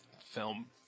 film